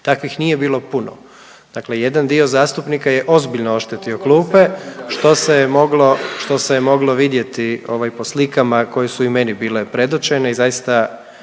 Takvih nije bilo puno, dakle jedan dio zastupnika je ozbiljno oštetio klupe, što se je moglo, što se je moglo vidjeti ovaj po slikama koje su i meni bile predočene i zaista